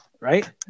right